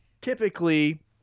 typically